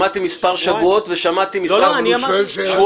שמעתי מספר שבועות ושמעתי שבועיים-שלושה.